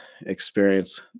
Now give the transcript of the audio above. experience